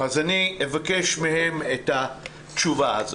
אני אבקש מהם את התשובה הזאת.